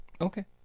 Okay